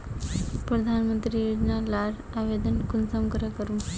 प्रधानमंत्री योजना लार आवेदन कुंसम करे करूम?